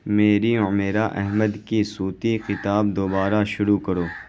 میری عمیرا احمد کی صوتی کتاب دوبارہ شروع کرو